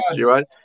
right